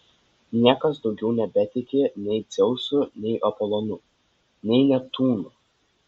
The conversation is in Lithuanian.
niekas daugiau nebetiki nei dzeusu nei apolonu nei neptūnu